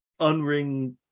unring